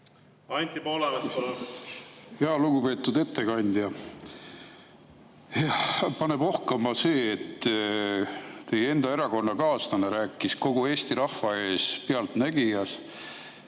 Anti Poolamets, palun! Lugupeetud ettekandja! Paneb ohkama see, et teie enda erakonnakaaslane rääkis kogu Eesti rahva ees Pealtnägijas,